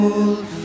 Old